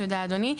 תודה אדוני.